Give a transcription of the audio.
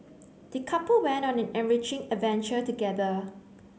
the couple went on an enriching adventure together